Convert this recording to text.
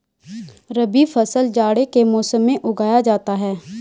रबी फसल जाड़े के मौसम में उगाया जाता है